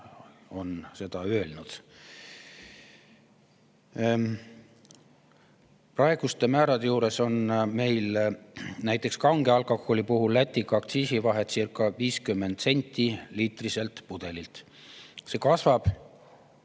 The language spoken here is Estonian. on seda öelnud. Praeguste määrade juures on meil näiteks kange alkoholi puhul aktsiisivahe Lätigacirca50 senti liitriselt pudelilt, see kasvab